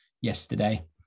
yesterday